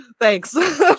thanks